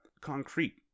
concrete